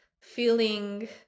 feeling